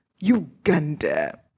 Uganda